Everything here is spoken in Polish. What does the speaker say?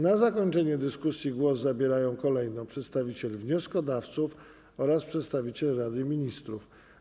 Na zakończenie dyskusji głos zabierają kolejno przedstawiciel wnioskodawców oraz przedstawiciel Rady Ministrów.